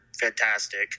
fantastic